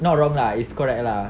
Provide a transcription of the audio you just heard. not wrong is correct lah